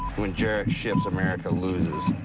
when jarrett ships, america loses.